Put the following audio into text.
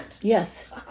Yes